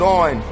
on